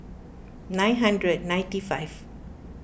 nine hundred ninety five